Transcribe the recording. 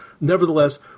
nevertheless